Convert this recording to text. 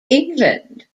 england